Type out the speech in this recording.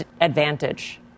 advantage